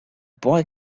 boy